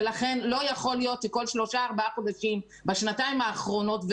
ולכן לא יכול להיות שכל שלושה-ארבעה חודשים בשנתיים האחרונות,